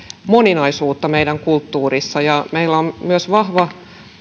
moninaisuutta meidän kulttuurissa meillä on myös vahva